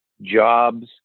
jobs